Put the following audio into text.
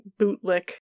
bootlick